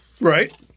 Right